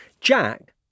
Jack